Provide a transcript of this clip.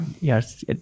Yes